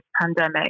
pandemic